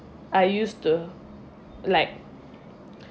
I used to like